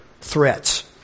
threats